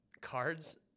cards